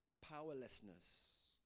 powerlessness